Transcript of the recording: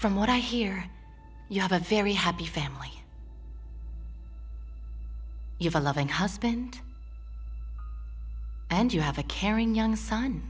from what i hear you have a very happy family a loving husband and you have a caring young son